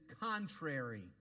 contrary